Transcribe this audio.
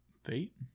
Fate